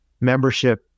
membership